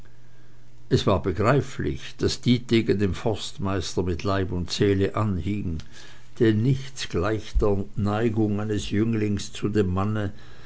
es war begreiflich daß dietegen dem forstmeister mit leib und seele anhing denn nichts gleicht der neigung eines jünglings zu dem manne